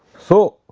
so,